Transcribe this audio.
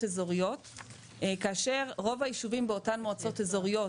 אזוריות כאשר רוב הישובים באותן מועצות אזוריות